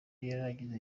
yarangiza